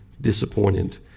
disappointed